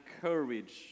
courage